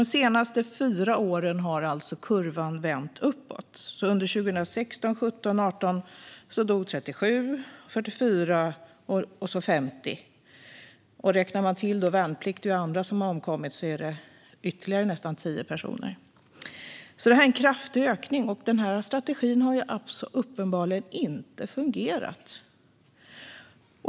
De senaste fyra åren har kurvan vänt uppåt. Under 2016, 2017 och 2018 dog 37, 44 och 50 personer. Räknar man även värnpliktiga och andra som har omkommit är det ytterligare nästan 10 personer. Det är alltså en kraftig ökning, och strategin har uppenbarligen inte fungerat.